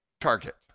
target